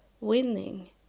winning